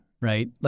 right